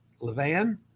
LeVan